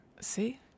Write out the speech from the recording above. See